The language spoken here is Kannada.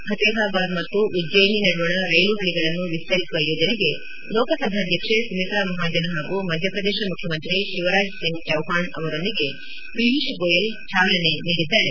ಫತೇಹಾಬಾದ್ ಮತ್ತು ಉಜ್ಜಯಿನಿ ನಡುವಣ ರೈಲು ಹಳೀಗಳನ್ನು ವಿಸ್ತರಿಸುವ ಯೋಜನೆಗೆ ಲೋಕಸಭಾಧ್ಯಕ್ಷ ಸುಮಿತ್ರಾ ಮಹಾಜನ್ ಹಾಗೂ ಮಧ್ಯಪ್ರದೇಶ ಮುಖ್ಯಮಂತ್ರಿ ಶಿವರಾಜ್ ಸಿಂಗ್ ಚೌಹಾನ್ ಅವರೊಂದಿಗೆ ಪಿಯೂಷ್ ಗೋಯಲ್ ಚಾಲನೆ ನೀಡಿದ್ದಾರೆ